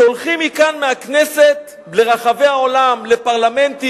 שהולכים מכאן, מהכנסת, לפרלמנטים